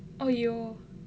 !aiyo!